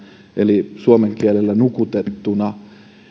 eli suomen kielellä nukutettuna